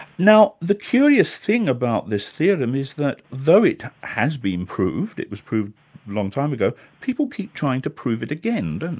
now the curious thing about this theorem is that, though it has been proved, it was proved a long time ago, people keep trying to prove it again, and